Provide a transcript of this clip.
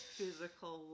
physical